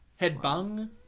Headbung